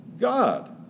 God